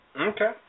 Okay